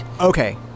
Okay